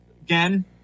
again